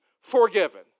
forgiven